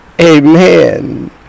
Amen